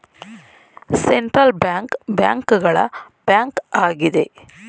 central bank bank ಗಳ bank ಆಗಿದೆ